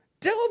Dylan